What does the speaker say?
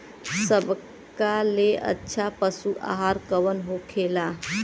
सबका ले अच्छा पशु आहार कवन होखेला?